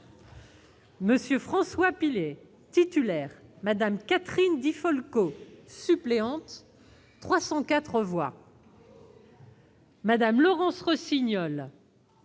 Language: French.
M. François Pillet, titulaire, et Mme Catherine Di Folco, suppléante, 304 voix ; Mme Laurence Rossignol,